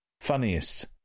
Funniest